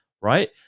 right